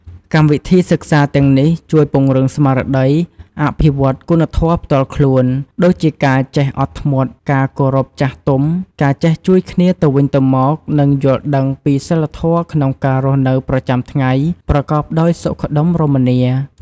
កម្មវិធីសិក្សាទាំងនេះជួយ ពង្រឹងស្មារតី អភិវឌ្ឍគុណធម៌ផ្ទាល់ខ្លួន ដូចជាការចេះអត់ធ្មត់ ការគោរពចាស់ទុំ ការចេះជួយគ្នាទៅវិញទៅមក និងយល់ដឹងពីសីលធម៌ក្នុងការរស់នៅប្រចាំថ្ងៃប្រកបដោយសុខដុមរមនា។